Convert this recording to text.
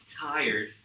tired